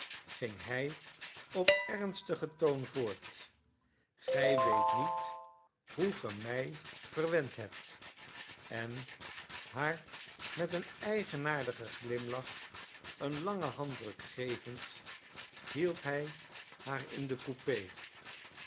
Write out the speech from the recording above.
ging hij op ernstigen toon voort gij weet niet hoe ge mij verwend hebt en haar met een eigenaardigen glimlach een langen handdruk gevend hielp hij haar in de coupé